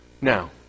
Now